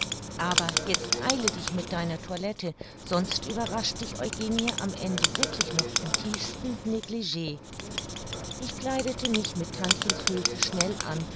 aber jetzt eile dich mit deiner toilette sonst überrascht dich eugenie am ende wirklich noch im tiefsten neglige ich kleidete mich mit tantchens hülfe schnell an